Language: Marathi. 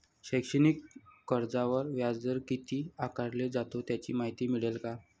शैक्षणिक कर्जावर व्याजदर किती आकारला जातो? याची माहिती मिळेल का?